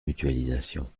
mutualisation